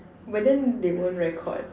but then they won't record